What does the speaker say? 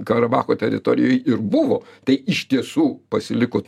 karabacho teritorijoj ir buvo tai iš tiesų pasiliko